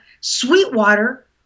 Sweetwater